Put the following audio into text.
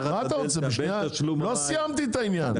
לא סיימתי את העניין.